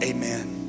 Amen